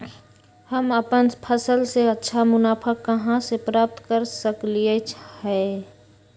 हम अपन फसल से अच्छा मुनाफा कहाँ से प्राप्त कर सकलियै ह?